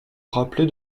rappeler